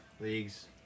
leagues